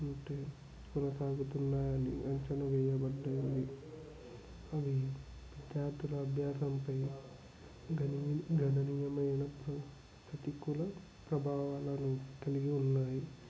అంటే కొనసాగుతున్నాయని అంచనా వేయబడ్డాయి అవి విద్యార్థుల అభ్యాసంపై గణనీ గణనీయమైన ప్రతికూల ప్రభావాలను కలిగి ఉన్నాయి